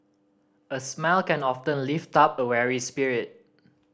a smile can often lift up a weary spirit